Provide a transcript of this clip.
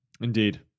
Indeed